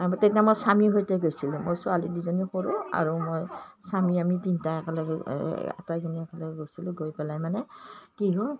তেতিয়া মই স্বামীৰ সৈতে গৈছিলোঁ মই ছোৱালী দুজনী কৰোঁ আৰু মই স্বামী আমি তিনিটা একেলগে গৈ আটাইখিনি একেলগে গৈছিলোঁ গৈ পেলাই মানে কি হ'ল